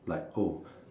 like oh